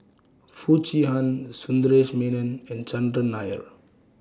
Foo Chee Han Sundaresh Menon and Chandran Nair